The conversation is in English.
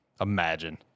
Imagine